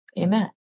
Amen